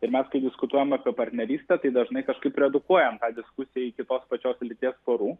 ir mes kai diskutuojam apie partnerystę tai dažnai kažkaip redukuojam tą diskusiją iki tos pačios lyties porų